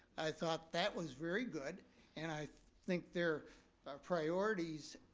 i thought that was very good, and i think their priorities,